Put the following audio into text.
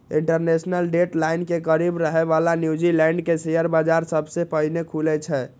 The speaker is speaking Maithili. इंटरनेशनल डेट लाइन के करीब रहै बला न्यूजीलैंड के शेयर बाजार सबसं पहिने खुलै छै